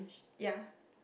ya